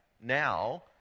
now